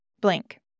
blank